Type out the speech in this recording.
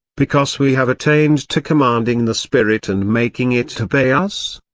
because we have attained to commanding the spirit and making it obey us?